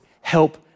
Help